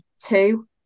two